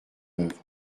oeuvre